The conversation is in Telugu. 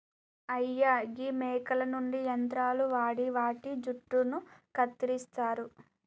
అయ్యా గీ మేకల నుండి యంత్రాలు వాడి వాటి జుట్టును కత్తిరిస్తారు